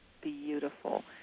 beautiful